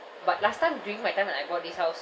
but last time during my time when I bought this house